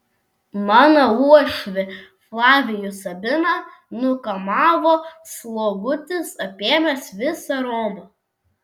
mano uošvį flavijų sabiną nukamavo slogutis apėmęs visą romą